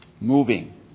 moving